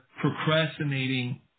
procrastinating